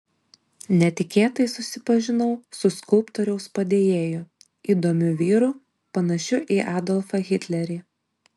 netikėtai susipažinau su skulptoriaus padėjėju įdomiu vyru panašiu į adolfą hitlerį